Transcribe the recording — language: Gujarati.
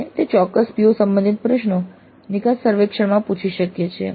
આપણે તે ચોક્કસ PO સંબંધિત પ્રશ્નો નિકાસ સર્વેક્ષણમાં પૂછી શકીએ છીએ